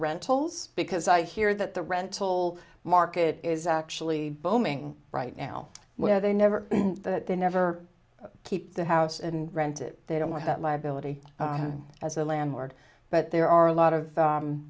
rentals because i hear that the rental market is actually booming right now where they never that they never keep the house and rented they don't want that liability as a landlord but there are a lot of